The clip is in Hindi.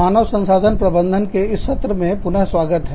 मानव संसाधन प्रबंधन के इस सत्र में पुनः स्वागत है